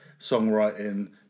songwriting